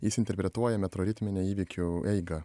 jis interpretuoja metroritminę įvykių eigą